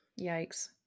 Yikes